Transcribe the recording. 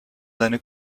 seine